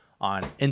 on